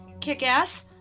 Kickass